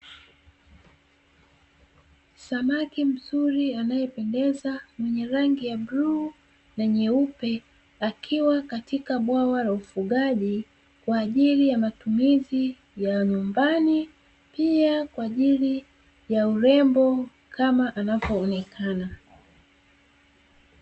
Samaki mzuri anayependeza mwenye rangi ya bluu na nyeupe, akiwa katika bwawa la ufugaji kwa ajili ya matumizi ya nyumbani. Pia kwa ajili ya urembo kama anavyoonekana.